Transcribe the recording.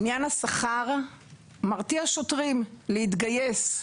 עניין השכר מרתיע שוטרים להתגייס,